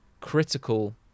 critical